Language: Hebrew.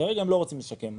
כרגע הם לא רוצים לשקם.